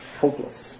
hopeless